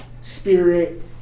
spirit